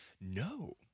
No